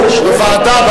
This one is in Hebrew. בוועדה.